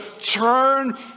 turn